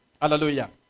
hallelujah